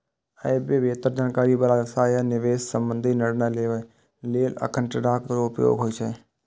अय मे बेहतर जानकारी बला व्यवसाय आ निवेश संबंधी निर्णय लेबय लेल आंकड़ाक उपयोग होइ छै